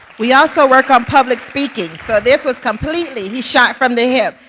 we also work on public speaking, so this was completely he shot from the hip,